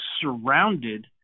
surrounded